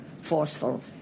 forceful